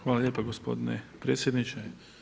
Hvala lijepa gospodine predsjedniče.